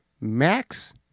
Max